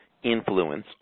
Influence